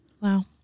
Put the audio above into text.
Wow